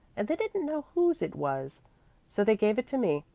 and they didn't know whose it was so they gave it to me,